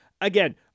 Again